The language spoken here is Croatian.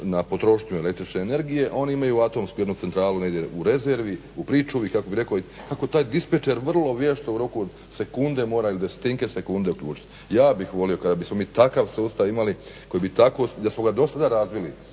na potrošnju električne energije, oni imaju atomsku jednu centralu negdje u rezervi, u pričuvi kako bi rekao, kako taj dispečar vrlo vješto u roku od sekunde, desetinke sekunde mora uključit. Ja bih volio kada bismo mi takav sustav imali koji bi tako da smo ga dosada razvili,